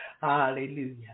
Hallelujah